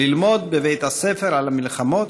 / ללמוד בבית הספר על המלחמות.